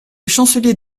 chancelier